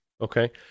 Okay